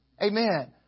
Amen